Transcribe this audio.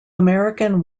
american